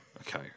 okay